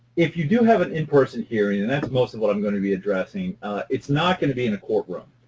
if you do have an in-person hearing and that's mostly what i'm going to be addressing it's not going to be in a courtroom.